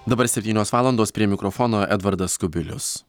dabar septynios valandos prie mikrofono edvardas kubilius